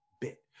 bit